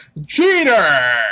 Jeter